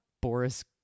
Boris